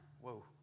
Whoa